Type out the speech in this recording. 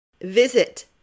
Visit